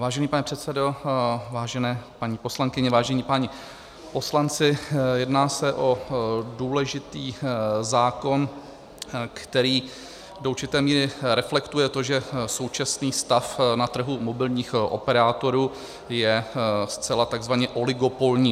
Vážený pane předsedo, vážené paní poslankyně, vážení páni poslanci, jedná se o důležitý zákon, který do určité míry reflektuje to, že současný stav na trhu mobilních operátorů je zcela takzvaně oligopolní.